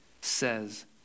says